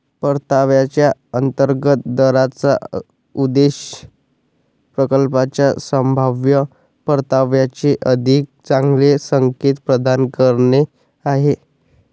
परताव्याच्या अंतर्गत दराचा उद्देश प्रकल्पाच्या संभाव्य परताव्याचे अधिक चांगले संकेत प्रदान करणे आहे